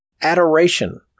adoration